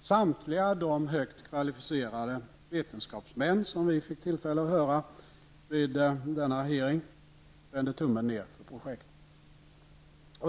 Samtliga de högt kvalificerade vetenskapsmän som vi fick tillfälle att höra vid denna hearing vände tummen ner för projektet.